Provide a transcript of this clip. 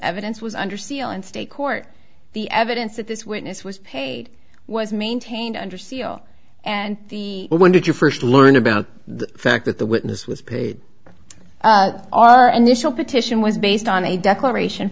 evidence was under seal in state court the evidence that this witness was paid was maintained under seal and the when did you first learn about the fact that the witness was paid our initial petition was based on a declaration